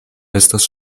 estas